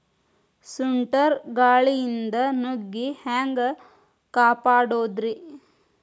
ಸುಂಟರ್ ಗಾಳಿಯಿಂದ ನುಗ್ಗಿ ಹ್ಯಾಂಗ ಕಾಪಡೊದ್ರೇ?